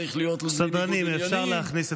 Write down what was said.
צריך להיות ללא ניגוד עניינים,